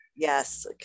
Yes